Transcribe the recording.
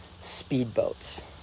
speedboats